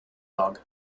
dog